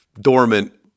dormant